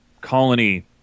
colony